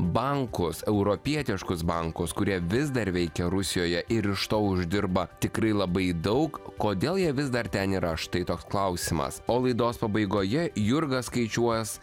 bankus europietiškus bankus kurie vis dar veikia rusijoje ir iš to uždirba tikrai labai daug kodėl jie vis dar ten yra štai toks klausimas o laidos pabaigoje jurga skaičiuos